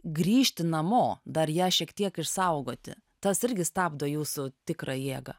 grįžti namo dar ją šiek tiek išsaugoti tas irgi stabdo jūsų tikrą jėgą